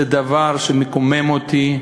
זה דבר שמקומם אותי.